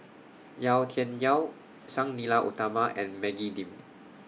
Yau Tian Yau Sang Nila Utama and Maggie Lim